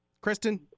kristen